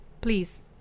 Please